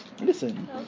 Listen